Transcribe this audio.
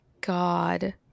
god